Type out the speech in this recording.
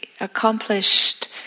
accomplished